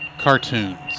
Cartoons